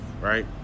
right